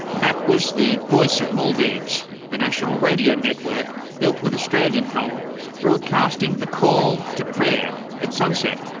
that was the voice of maldives, the national radio network built with australian help broadcasting the call to prayer at sunset.